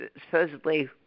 supposedly